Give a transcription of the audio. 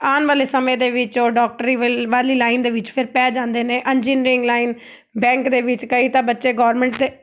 ਆਉਣ ਵਾਲੇ ਸਮੇਂ ਦੇ ਵਿੱਚ ਉਹ ਡੋਕਟਰੀ ਵਲ ਵਾਲੀ ਲਾਈਨ ਦੇ ਵਿੱਚ ਫਿਰ ਪੈ ਜਾਂਦੇ ਨੇ ਇੰਜੀਨੀਅਰਿੰਗ ਲਾਈਨ ਬੈਂਕ ਦੇ ਵਿੱਚ ਕਈ ਤਾਂ ਬੱਚੇ ਗੌਰਮੈਂਟ ਦੇ